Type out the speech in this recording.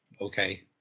okay